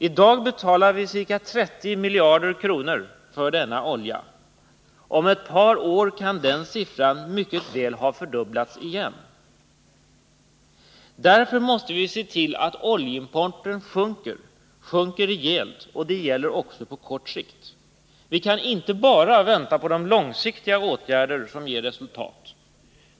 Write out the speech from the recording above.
I dag betalar vi ca 30 miljarder kronor för oljan; om ett par år kan den siffran mycket väl ha fördubblats igen! Därför måste vi se till att oljeimporten sjunker, och sjunker rejält, och det gäller också på kort sikt. Vi kan inte bara vänta på att de långsiktiga åtgärderna ger resultat.